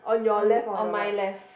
on the on my left